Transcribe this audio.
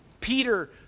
Peter